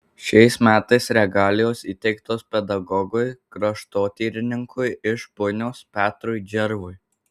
šiais metais regalijos įteiktos pedagogui kraštotyrininkui iš punios petrui džervui